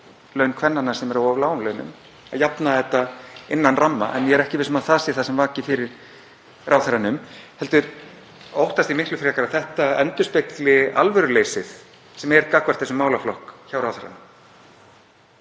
laun kvennanna sem eru á of lágum launum, að jafna þetta innan ramma. En ég er ekki viss um að það sé það sem vakir fyrir ráðherranum heldur óttast ég miklu frekar að þetta endurspegli alvöruleysið sem er gagnvart þessum málaflokki hjá ráðherra.